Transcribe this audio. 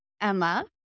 Emma